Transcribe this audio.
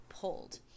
pulled